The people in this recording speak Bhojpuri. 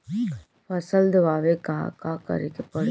फसल दावेला का करे के परी?